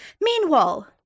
Meanwhile